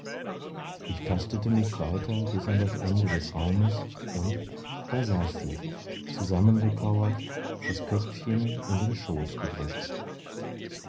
ich tastete mich weiter bis an das ende des raumes und da saß sie zusammengekauert das köpfchen in den schoß gedrückt